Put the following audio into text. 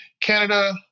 Canada